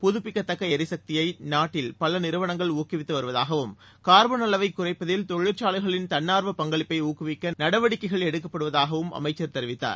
புதப்பிக்கத்தக்க எரிசக்தியை நாட்டில் பல நிறுவனங்கள் ஊக்குவித்து வருவதாகவும் கார்பன் அளவை குறைப்பதில் தொழிற்சாலைகளின் தன்னார்வ பங்களிப்பை ஊக்குவிக்க நடவடிக்கைகள் எடுக்கப்படுவதாகவும் அமைச்சர் தெரிவித்தார்